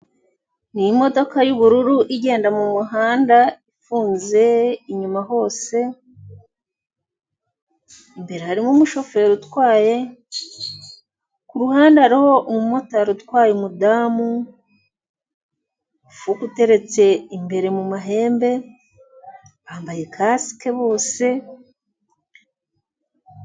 Ni imodoka y'ubururu igenda mu muhanda ifunze inyuma hose, imbere harimo umushoferi utwaye, ku ruhande umumotari utwaye umudamu umufuka uteretse imbere mu mahembe bambaye kasike bose.